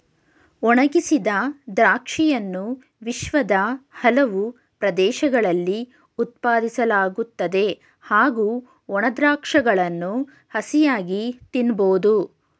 ಒಣಗಿಸಿದ ದ್ರಾಕ್ಷಿಯನ್ನು ವಿಶ್ವದ ಹಲವು ಪ್ರದೇಶಗಳಲ್ಲಿ ಉತ್ಪಾದಿಸಲಾಗುತ್ತದೆ ಹಾಗೂ ಒಣ ದ್ರಾಕ್ಷಗಳನ್ನು ಹಸಿಯಾಗಿ ತಿನ್ಬೋದು